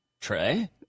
Trey